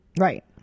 Right